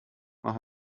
mach